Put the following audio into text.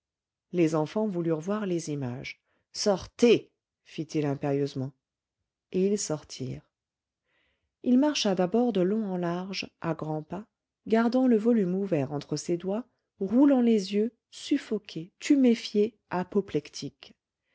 les enfants voulurent voir les images sortez fit-il impérieusement et ils sortirent il marcha d'abord de long en large à grands pas gardant le volume ouvert entre ses doigts roulant les yeux suffoqué tuméfié